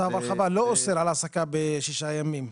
צו הרחבה לא אוסר על העסקה בשישה ימים.